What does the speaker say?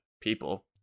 people